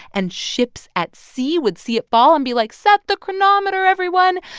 and ships at sea would see it fall and be like, set the chronometer, everyone.